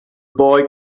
boy